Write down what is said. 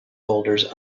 boulders